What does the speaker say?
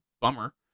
bummer